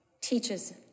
teaches